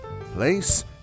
place